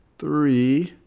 three,